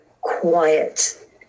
quiet